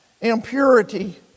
impurity